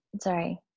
Sorry